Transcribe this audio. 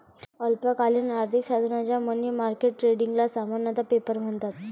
अल्पकालीन आर्थिक साधनांच्या मनी मार्केट ट्रेडिंगला सामान्यतः पेपर म्हणतात